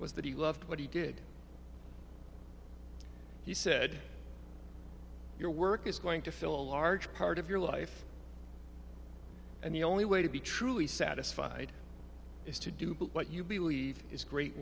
was that he loved what he did he said your work is going to fill a large part of your life and the only way to be truly satisfied is to do but what you believe is great